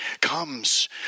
comes